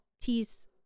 teas